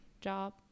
job